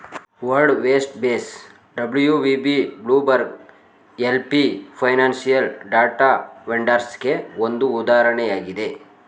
world Vest Base W V B, Bloomberg L P financial data ವೆಂಡರ್ಸ್ಗೆಗೆ ಒಂದು ಉದಾಹರಣೆಯಾಗಿದೆ